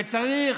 וצריך